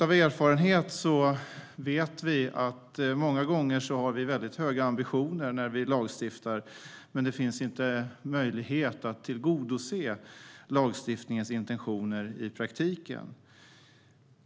Av erfarenhet vet vi att vi många gånger har höga ambitioner när vi lagstiftar men att det inte finns möjlighet att tillgodose lagstiftningens intentioner i praktiken.